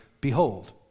behold